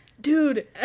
Dude